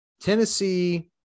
tennessee